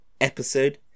Episode